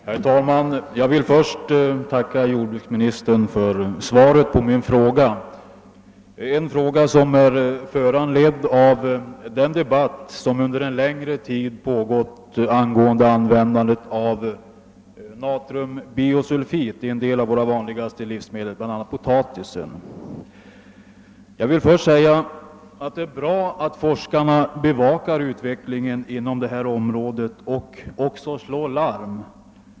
Herr talman! Jag vill först tacka jordbruksministern för svaret på min fråga, som föranletts av den debatt som under en längre tid pågått angående användandet av natriumbisulfit i en del av våra vanligaste livsmedel, bl.a. potatisen. Det är bra att forskarna bevakar utvecklingen på detta område och även slår larm.